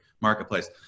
marketplace